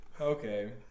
Okay